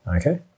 Okay